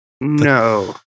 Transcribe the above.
No